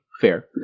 fair